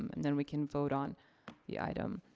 and then we can vote on the item.